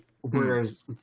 Whereas